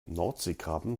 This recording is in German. nordseekrabben